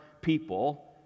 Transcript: people